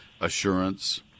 assurance